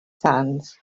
sands